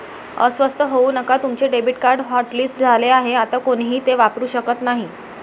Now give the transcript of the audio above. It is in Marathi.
अस्वस्थ होऊ नका तुमचे डेबिट कार्ड हॉटलिस्ट झाले आहे आता कोणीही ते वापरू शकत नाही